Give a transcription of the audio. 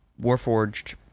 Warforged